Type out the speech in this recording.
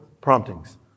promptings